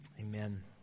amen